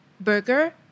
burger